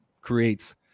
creates